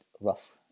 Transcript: rough